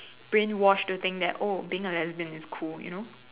brainwashed to think that oh being a lesbian is cool you know